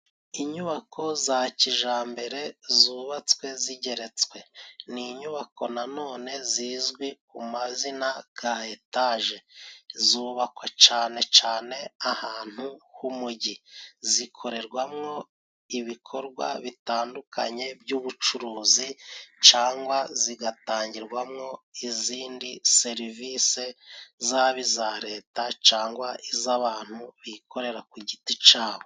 Inyubako za kijambere zubatswe zigeretswe ni inyubako na none zizwi ku mazina ga etaje zubakwa cane cane ahantu h'umugi, zikorerwamo ibikorwa bitandukanye by'ubucuruzi cangwa zigatangirwamo izindi serivise, zaba iza Leta cangwa iz'abantu bikorera ku giti cabo.